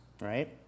right